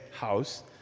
house